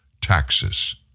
taxes